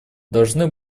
должны